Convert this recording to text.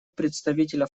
представителя